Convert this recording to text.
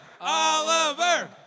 Oliver